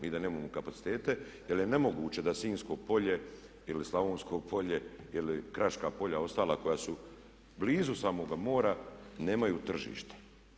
Mi da nemamo kapacitete, jel je nemoguće da sinjsko polje ili slavonsko polje ili kraška polja ostala koja su blizu samoga mora nemaju tržište.